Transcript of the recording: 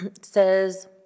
says